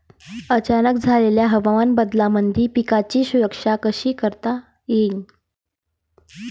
अचानक झालेल्या हवामान बदलामंदी पिकाची सुरक्षा कशी करता येईन?